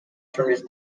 tourist